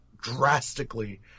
drastically